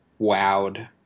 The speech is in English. wowed